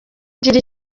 ugira